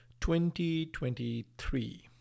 2023